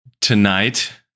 tonight